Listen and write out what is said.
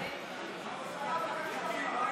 מיקי,